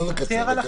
לא לקצר.